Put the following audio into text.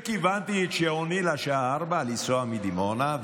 כיוונתי את שעוני לשעה 04:00 לנסוע מדימונה,